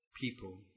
people